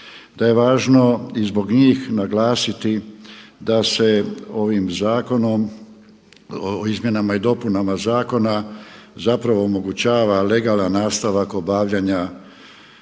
da je važno i zbog njih naglasiti da se ovim zakonom, izmjenama i dopunama zakona zapravo omogućava legalan nastavak obavljanja